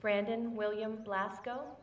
brandon william glasgow